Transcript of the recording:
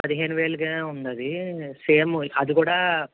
పదిహేను వేలుగా ఉందది సేమ్ అది కూడా